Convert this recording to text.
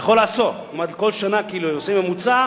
בכל העשור, זאת אומרת, בכל שנה, עושים ממוצע,